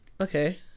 Okay